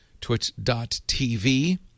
twitch.tv